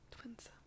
twins